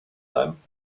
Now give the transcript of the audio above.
bleiben